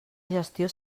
gestió